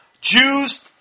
Jews